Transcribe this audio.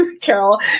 Carol